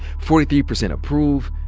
forty three percent approve,